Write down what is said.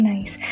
Nice